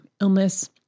illness